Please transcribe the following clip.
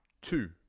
Two